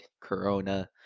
Corona